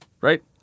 right